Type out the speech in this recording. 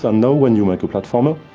ah now when you make a platformer,